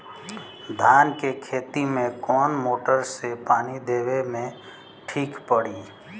धान के खेती मे कवन मोटर से पानी देवे मे ठीक पड़ी?